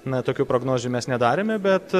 na tokių prognozių mes nedarėme bet